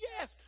yes